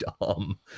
dumb